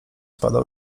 padał